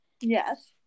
Yes